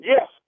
Yes